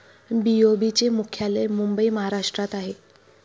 BOB चे मुख्यालय मुंबई महाराष्ट्रात आहे